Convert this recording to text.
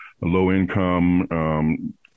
low-income